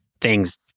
thing's